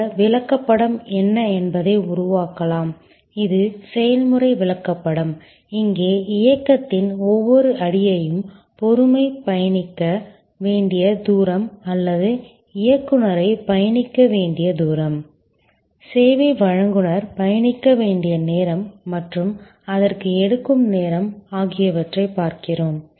இந்த விளக்கப்படம் என்ன என்பதை உருவாக்கலாம் இது செயல்முறை விளக்கப்படம் இங்கே இயக்கத்தின் ஒவ்வொரு அடியையும் பொறுமை பயணிக்க வேண்டிய தூரம் அல்லது இயக்குநரைப் பயணிக்க வேண்டிய தூரம் சேவை வழங்குநர் பயணிக்க வேண்டிய நேரம் மற்றும் அதற்கு எடுக்கும் நேரம் ஆகியவற்றைப் பார்க்கிறோம்